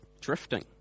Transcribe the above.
drifting